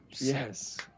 Yes